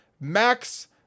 max